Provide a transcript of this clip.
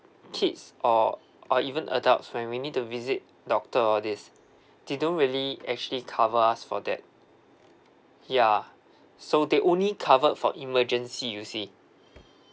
kids or or even adults when we need to visit doctor all this they don't really actually cover us for that yeah so they only covered for emergency you see